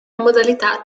modalità